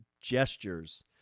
gestures